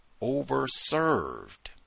over-served